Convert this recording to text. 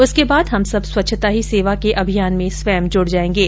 उसके बाद हम सब स्वच्छता ही सेवा के अभियान में स्वयं जुड जाएंगे